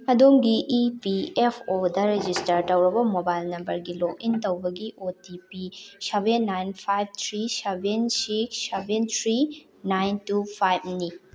ꯑꯗꯣꯝꯒꯤ E P F ꯑꯣꯗ register ꯇꯧꯔꯕ ꯃꯣꯕꯥꯏꯜ ꯅꯝꯕꯔꯒꯤ ꯂꯣꯒ ꯏꯟ ꯇꯧꯕꯒꯤ O T P seven nine five three seven six seven three nine two five ꯅꯤ